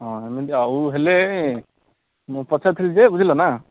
ହଁ ଏମିତି ଆଉ ହେଲେ ମୁଁ ପଚାରୁଥିଲି ଯେ ବୁଝିଲନା